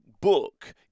book